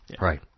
Right